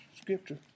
scripture